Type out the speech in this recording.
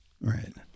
Right